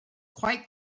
quite